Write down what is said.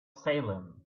salem